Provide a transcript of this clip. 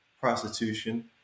prostitution